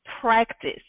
practice